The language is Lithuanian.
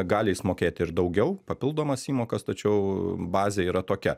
gali jis mokėti ir daugiau papildomas įmokas tačiau bazė yra tokia